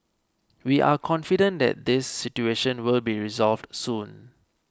we are confident that this situation will be resolved soon